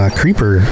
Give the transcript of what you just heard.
creeper